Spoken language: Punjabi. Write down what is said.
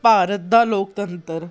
ਭਾਰਤ ਦਾ ਲੋਕਤੰਤਰ